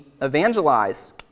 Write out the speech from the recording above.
evangelize